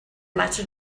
letter